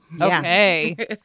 Okay